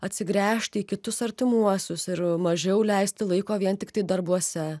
atsigręžti į kitus artimuosius ir mažiau leisti laiko vien tiktai darbuose